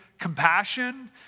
compassion